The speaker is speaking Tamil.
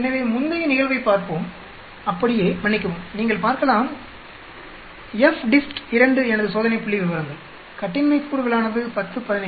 எனவே முந்தைய நிகழ்வைப் பார்ப்போம் அப்படியே மன்னிக்கவும் நீங்கள் பார்க்கலாம் FDIST 2 எனது சோதனை புள்ளிவிவரங்கள் கட்டின்மை கூறுகளானது 10 15